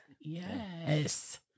Yes